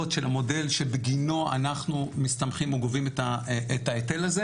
של המודל שבגינו אנחנו מסתמכים וגובים את ההיטל הזה,